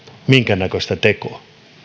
minkäännäköistä tekoa